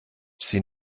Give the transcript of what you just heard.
sie